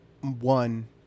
one